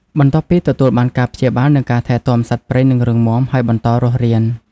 បន្ទាប់ពីទទួលបានការព្យាបាល និងការថែទាំ សត្វព្រៃនឹងរឹងមាំ ហើយបន្តរស់រាន ។